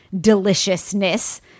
deliciousness